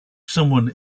someone